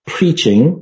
Preaching